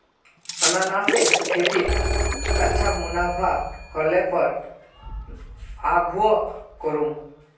अनन्नासेर खेतीत अच्छा मुनाफा ह ल पर आघुओ करमु